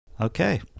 Okay